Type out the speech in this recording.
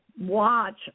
watch